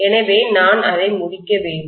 எனவே நான் அதை முடிக்க வேண்டும்